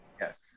Yes